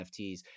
NFTs